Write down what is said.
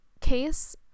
case